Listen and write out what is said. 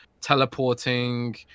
teleporting